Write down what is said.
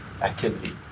activity